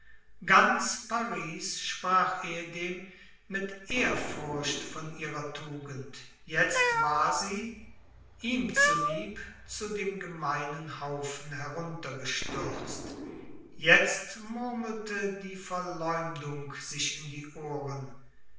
ganz paris sprach ehedem mit ehrfurcht von ihrer tugend jetzt war sie ihm zu lieb zu dem gemeinen haufen heruntergestürzt jetzt murmelte die verleumdung sich in die ohren